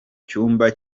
cyumba